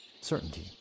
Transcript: Certainty